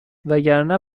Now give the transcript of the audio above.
وگرنه